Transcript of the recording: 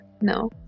no